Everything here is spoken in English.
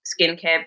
skincare